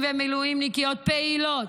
פעילים ומילואימניקיות פעילות,